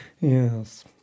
Yes